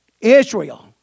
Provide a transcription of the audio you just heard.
Israel